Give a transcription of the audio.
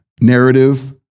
narrative